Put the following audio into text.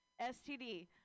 STD